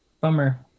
Bummer